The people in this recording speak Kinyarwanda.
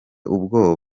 ubwoba